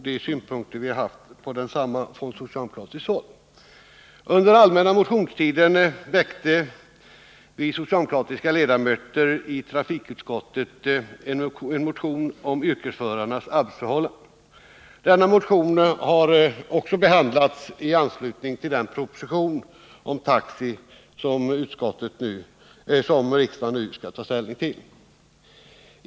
Det har Lars Hedfors gjort. Han har framfört de synpunkter som vi från socialdemokratiskt håll har på densamma. Denna motion har behandlats i anslutning till den proposition om taxi som riksdagen nu skall ta ställning till.